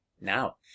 Now